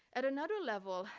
at another level,